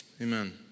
Amen